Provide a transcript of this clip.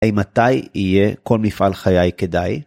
‫אימתי יהיה כל מפעל חיי כדאי?